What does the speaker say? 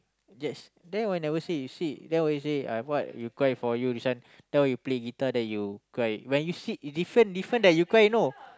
that's then when never said you said then I always say I what will cry for you this one tell that you play guitar that you cry when you sit is different different that you cry you know